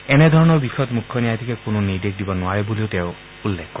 এনে ধৰণৰ বিষয়ত মুখ্য ন্যায়াধীশে কোনো নিৰ্দেশ দিব নোৱাৰে বলিও তেওঁ উল্লেখ কৰে